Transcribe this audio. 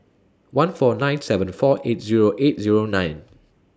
one four nine seven four eight Zero eight Zero nine